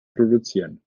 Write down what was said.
produzieren